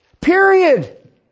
Period